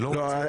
לא,